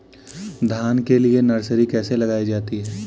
धान के लिए नर्सरी कैसे लगाई जाती है?